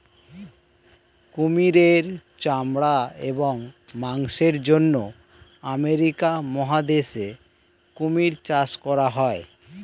কুমিরের চামড়া এবং মাংসের জন্য আমেরিকা মহাদেশে কুমির চাষ করা হয়